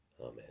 Amen